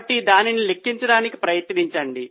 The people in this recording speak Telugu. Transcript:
కాబట్టి దానిని లెక్కించడానికి ప్రయత్నించండి